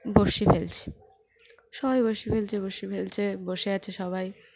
বড়শি ফেলছে সবাই বড়শি ফেলছে বড়শি ফেলছে বসে আছে সবাই